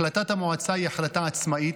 החלטת המועצה היא החלטה עצמאית,